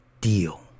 deal